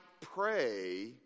pray